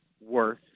worth